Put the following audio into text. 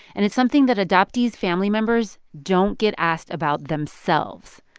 and it's something that adoptees' family members don't get asked about themselves.